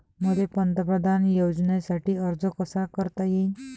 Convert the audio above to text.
मले पंतप्रधान योजनेसाठी अर्ज कसा कसा करता येईन?